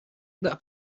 that